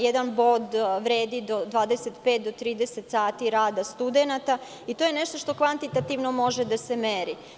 Jedan bod je vredan od 25 do 30 sati rada studenata i to je nešto što kvantitativno može da se meri.